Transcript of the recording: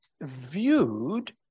viewed